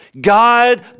God